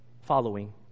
following